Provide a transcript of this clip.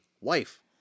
wife